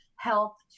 health